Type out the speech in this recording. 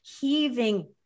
heaving